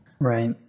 Right